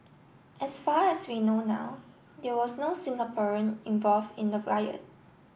as far as we know now there was no Singaporean involved in the riot